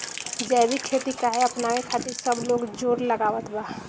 जैविक खेती काहे अपनावे खातिर सब लोग जोड़ लगावत बा?